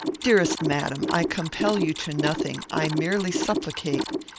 dearest madam! i compel you to nothing. i merely supplicate.